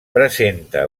presenta